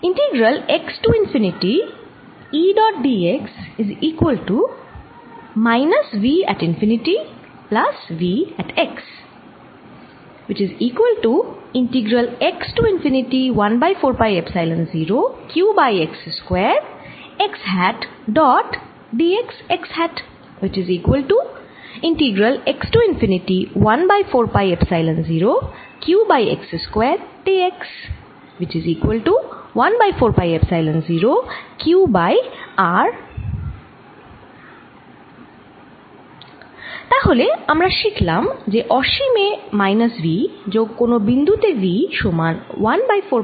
তাহলে আমরা শিখলাম যে অসীমে মাইনাস V যোগ কোন বিন্দু তে V সমান 1 বাই 4 পাই এপসাইলন 0 গুণ q বাই r